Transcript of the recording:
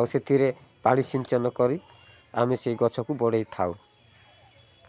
ଆଉ ସେଥିରେ ପାଣି ସିଞ୍ଚନ କରି ଆମେ ସେହି ଗଛକୁ ବଢ଼େଇଥାଉ